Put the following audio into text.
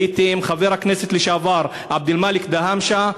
הייתי עם חבר הכנסת לשעבר עבד-אלמאלכ דהאמשה,